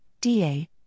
DA